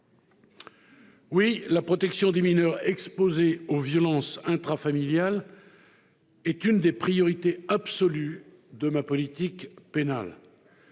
Oui, la protection des mineurs exposés aux violences intrafamiliales est l'une des priorités absolues de ma politique pénale.